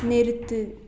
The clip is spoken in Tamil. நிறுத்து